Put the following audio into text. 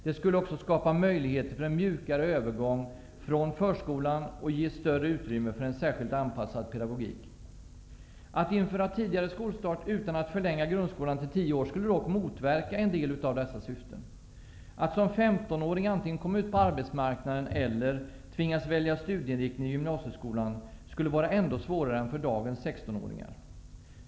Det skulle också skapa möjligheter för en mjukare övergång från förskolan och ge större utrymme för en särskilt anpassad pedagogik. Att införa tidigare skolstart utan att förlänga grundskolan till tio år skulle dock motverka en del av dessa syften. Att som femtonåring antingen komma ut på arbetsmarknaden eller tvingas välja studieinriktning i gymnasieskolan skulle vara ändå svårare än för dagens sextonåringar.